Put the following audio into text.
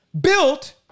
built